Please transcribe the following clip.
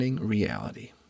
reality